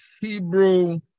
Hebrew